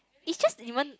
it's just even